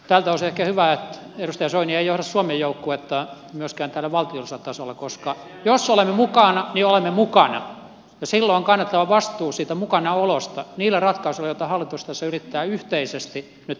tältä osin on ehkä hyvä että edustaja soini ei johda suomen joukkuetta myöskään täällä valtiollisella tasolla koska jos olemme mukana niin olemme mukana ja silloin on kannettava vastuu siitä mukanaolosta niillä ratkaisuilla joita hallitus tässä yrittää yhteisesti nyt tehdä